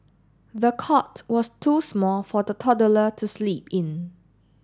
the cot was too small for the toddler to sleep in